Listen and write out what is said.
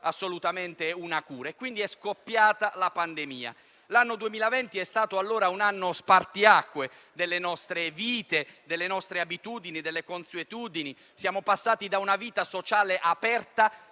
assolutamente una cura e quindi è scoppiata la pandemia. L'anno 2020 è stato un anno spartiacque delle nostre vite, delle nostre abitudini e delle consuetudini. Siamo passati da una vita sociale aperta